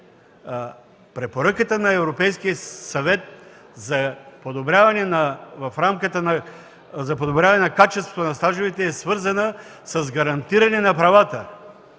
Европейския съвет за подобряване на качеството на стажовете е свързана с гарантиране на правата